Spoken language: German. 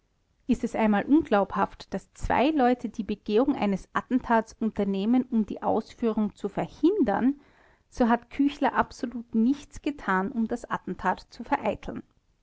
ist es einmal unglaubhaft daß zwei leute die begehung eines attentats unternehmen um die ausführung zu verhindern so hat küchler absolut nichts getan um das attentat zu vereiteln